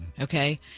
okay